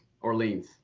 Orleans